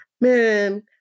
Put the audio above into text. man